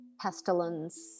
Pestilence